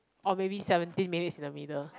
or maybe seventeen maybe is in the middle